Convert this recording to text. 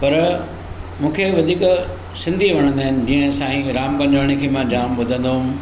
पर मूंखे वधीक सिंधी वणंदा आहिनि जीअं साईं राम पंजवाणी खे मां जामु ॿुधंदो हुअमि